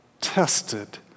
tested